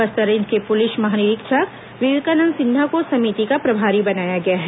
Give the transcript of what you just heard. Bastar range के पुलिस महानिरीक्षक विवेकानंद सिन्हा को समिति का प्रभारी बनाया गया है